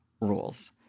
rules